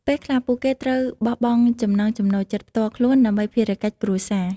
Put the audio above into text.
ពេលខ្លះពួកគេត្រូវបោះបង់ចំណង់ចំណូលចិត្តផ្ទាល់ខ្លួន ដើម្បីភារកិច្ចគ្រួសារ។